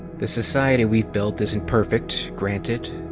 the society we've built isn't perfect, granted.